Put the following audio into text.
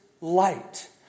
light